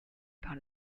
par